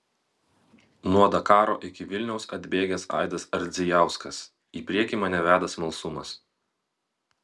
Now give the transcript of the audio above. nuo dakaro iki vilniaus atbėgęs aidas ardzijauskas į priekį mane veda smalsumas